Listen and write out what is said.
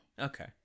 Okay